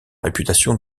réputation